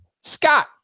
Scott